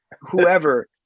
whoever